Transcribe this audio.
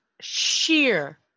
sheer